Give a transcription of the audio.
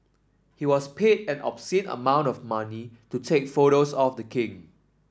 he was paid an obscene amount of money to take photos of the king